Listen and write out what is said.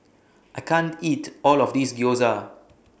I can't eat All of This Gyoza